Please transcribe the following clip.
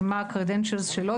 מה ה-Credentials שלו.